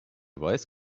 voice